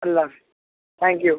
اللہ حافظ thank you